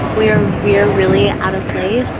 we are, we are really out of place,